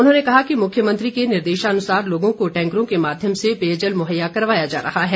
उन्होंने कहा कि मुख्यमंत्री के निर्देशानुसार लोगों को टैंकरों के माध्यम से पेयजल मुहैया करवाया जा रहा है